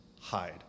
hide